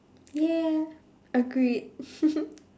yeah agreed